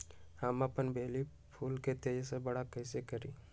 हम अपन बेली फुल के तेज़ी से बरा कईसे करी?